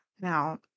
Now